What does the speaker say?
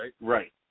right